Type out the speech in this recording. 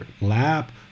lap